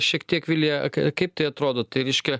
šiek tiek vilija kaip tai atrodo tai reiškia